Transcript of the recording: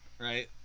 right